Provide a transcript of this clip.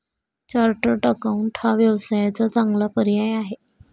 chartered accountant हा व्यवसायाचा चांगला पर्याय आहे